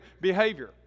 behavior